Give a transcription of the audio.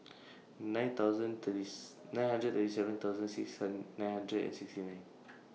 nine thousand thirties nine hundred thirty seven thousand six and nine hundred and sixty nine